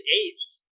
aged